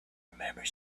remembered